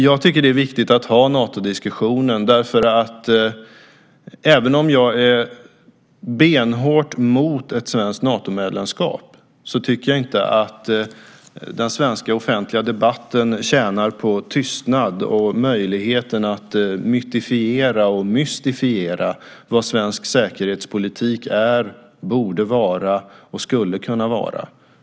Jag tycker att det är viktigt att ha Natodiskussionen, därför att även om jag är benhårt emot ett Natomedlemskap tycker jag inte att den svenska offentliga debatten tjänar på tystnad och möjligheten att mytifiera och mystifiera vad svensk säkerhetspolitik är, borde vara och skulle kunna vara.